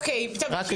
אוקי, תמשיך.